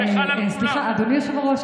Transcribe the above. אדוני היושב-ראש,